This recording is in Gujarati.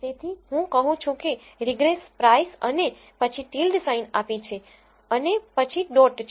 તેથી હું કહું છું કે રીગ્રેસ પ્રાઇસ અને પછી ટિલ્ડ સાઇન આપી છે અને પછી ડોટ છે